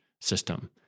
system